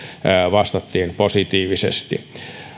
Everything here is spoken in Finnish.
vastattiin positiivisesti